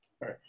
right